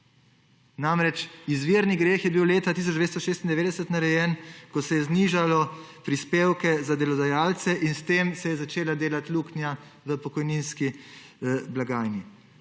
Namreč, izvirni greh je bil leta 1996 narejen, ko se je znižalo prispevke za delodajalce in se je s tem začela delati luknja v pokojninski blagajni.